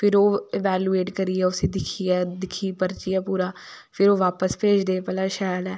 फिर ओह् इवैलुएट करियै उसी दिक्खियै दिक्खी परखियै पूरा फिर ओह् बापस भेजदे भला ठीक ऐ